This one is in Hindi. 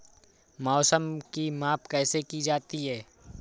मौसम की माप कैसे की जाती है?